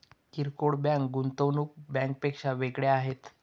किरकोळ बँका गुंतवणूक बँकांपेक्षा वेगळ्या आहेत